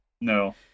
No